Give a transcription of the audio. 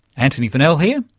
antony funnell here,